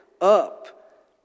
up